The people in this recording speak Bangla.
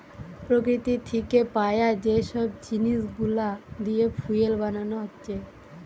প্রকৃতি থিকে পায়া যে সব জিনিস গুলা দিয়ে ফুয়েল বানানা হচ্ছে